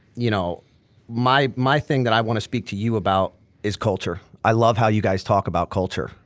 you know my my thing that i wanna speak to you about is culture. i love how you guys talk about culture,